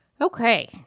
Okay